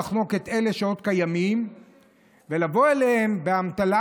לחנוק את אלה שעוד קיימים ולבוא אליהם באמתלה